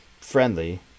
friendly